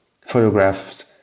photographs